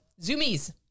zoomies